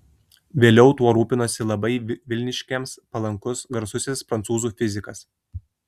vėliau tuo rūpinosi labai vilniškiams palankus garsusis prancūzų fizikas